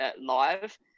live